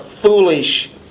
foolish